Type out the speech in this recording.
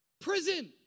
prison